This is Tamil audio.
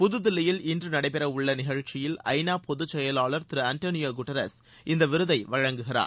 புதுதில்லியில் இன்று நடைபெறவுள்ள நிகழ்ச்சியில் ஐநா பொதுச்செயலாளர் திரு ஆண்டானியோ குட்ரஸ் இந்த விருதினை வழங்குகிறார்